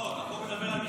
זה לא החוק.